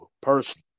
personally